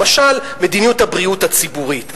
למשל מדיניות הבריאות הציבורית,